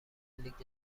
لیگ